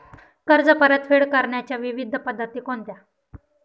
कर्ज परतफेड करण्याच्या विविध पद्धती कोणत्या?